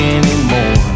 anymore